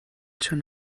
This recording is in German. schon